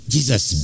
Jesus